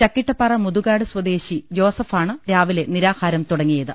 ചക്കിട്ടപ്പാറ മുതുകാട് സ്വദേശി ജോസഫ് ആണ് രാവിലെ നിരാഹാരം തുടങ്ങിയത്